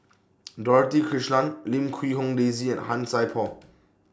Dorothy Krishnan Lim Quee Hong Daisy and Han Sai Por